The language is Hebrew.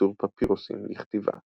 לייצור פפירוסים לכתיבה.